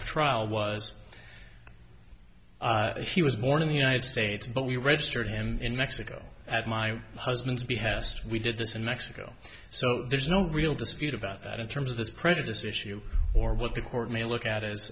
of trial was he was born in the united states but we registered him in mexico at my husband's behest we did this in mexico so there's no real dispute about that in terms of this prejudice issue or what the court may look at